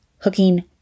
hooking